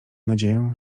nadzieję